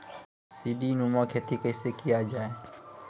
सीडीनुमा खेती कैसे किया जाय?